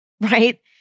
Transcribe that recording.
right